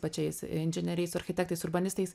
pačiais inžinieriais architektais urbanistais